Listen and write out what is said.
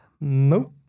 nope